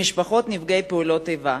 למשפחות נפגעי פעולות איבה.